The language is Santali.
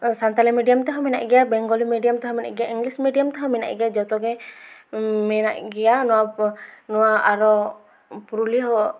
ᱥᱟᱱᱛᱟᱲᱤ ᱢᱤᱰᱤᱭᱟᱢ ᱛᱮᱦᱚᱸ ᱢᱮᱱᱟᱜ ᱜᱮᱭᱟ ᱵᱮᱝᱜᱚᱞᱤ ᱢᱤᱰᱤᱭᱟᱢ ᱛᱮᱦᱚᱸ ᱢᱮᱱᱟᱜ ᱜᱮᱭᱟ ᱤᱝᱞᱤᱥ ᱢᱤᱰᱤᱭᱟᱢ ᱛᱮᱦᱚᱸ ᱢᱮᱱᱟᱜ ᱜᱮᱭᱟ ᱡᱚᱛᱚ ᱜᱮ ᱢᱮᱱᱟᱜ ᱜᱮᱭᱟ ᱱᱚᱣᱟ ᱟᱨᱚ ᱯᱩᱨᱩᱞᱤᱭᱟᱹ ᱦᱚᱸ